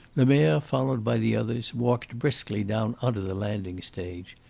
lemerre, followed by the others, walked briskly down on to the landing-stage.